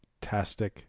tastic